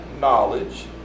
knowledge